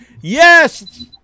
Yes